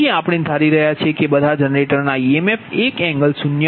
તેથી આપણે ધારી રહ્યા છીએ કે બધા જનરેટરના ઇએમએફ 1∠0p